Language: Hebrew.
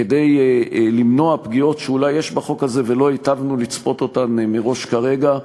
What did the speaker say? כדי למנוע פגיעות שאולי יש בחוק הזה ולא היטבנו לצפות אותן מראש כרגע.